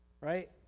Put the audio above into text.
right